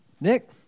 Nick